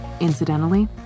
Incidentally